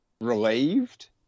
relieved